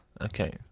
okay